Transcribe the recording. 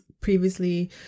previously